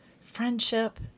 friendship